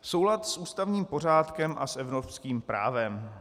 Soulad s ústavním pořádkem a s evropským právem.